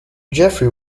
jeffrey